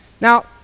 Now